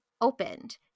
opened